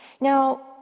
Now